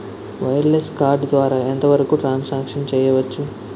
Wireless card ద్వారా ఎంత వరకు ట్రాన్ సాంక్షన్ చేయవచ్చు?